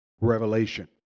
revelation